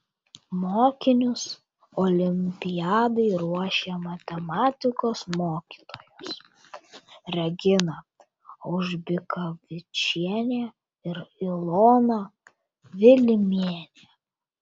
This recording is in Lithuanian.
mokinius olimpiadai ruošė matematikos mokytojos regina aužbikavičienė ir ilona vilimienė